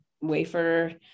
wafer